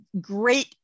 great